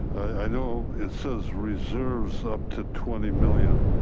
i know it says reserves up to twenty million.